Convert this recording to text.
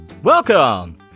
Welcome